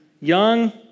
young